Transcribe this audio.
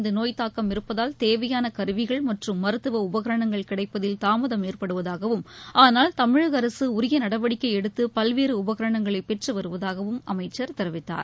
இந்தநோய் தாக்கம் இருப்பதால் தேவையானகருவிகள் மற்றும் உலகம் மருத்துவஉபகரணங்கள் கிடைப்பதில் தாமதம் ஏற்படுவதாகவும் ஆனால் தமிழகஅரசுஉரியநடவடிக்கைஎடுத்துபல்வேறுப்பரணங்களைப் பெற்றுவருவதாகவும் அமைச்சர் தெரிவித்தார்